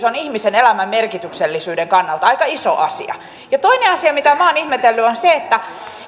on ihmisen elämän merkityksellisyyden kannalta aika iso asia toinen asia mitä minä olen ihmetellyt